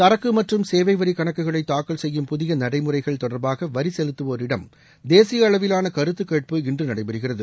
சரக்கு மற்றும் சேவை வரி கணக்குகளை தாக்கல் செய்யும் புதிய நடைமுறைகள் தொடர்பாக வரி செலுத்துவோரிடம் தேசிய அளவிலாள கருத்து கேட்பு இன்று நடைபெறுகிறது